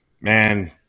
man